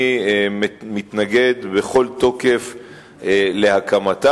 אני מתנגד בכל תוקף להקמתה.